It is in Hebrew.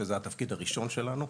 שזה התפקיד הראשון שלנו,